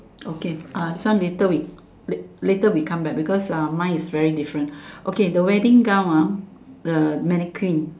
okay ah this one later we later we come back because uh mine is very different okay the wedding gown ah the mannequin